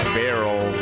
barrel